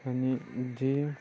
आणि जे